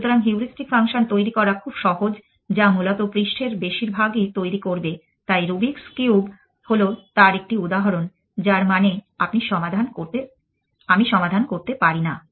সুতরাং heuristic function তৈরি করা খুব সহজ যা মূলত পৃষ্ঠের বেশিরভাগই তৈরি করবে তাই রুবিকস কিউব হল তার একটি উদাহরণ যার মানে আমি সমাধান করতে পারি না